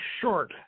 short